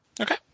Okay